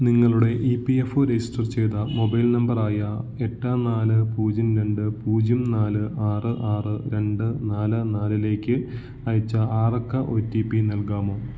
നിങ്ങളുടെ E P F O register ചെയ്ത mobile നമ്പറായ എട്ട് നാല് പൂജ്യം രണ്ട് പൂജ്യം നാല് ആറ് ആറ് രണ്ട് നാല് നാലിലേക്ക് അയച്ച ആറക്ക ഓ ടി പി നൽകാമോ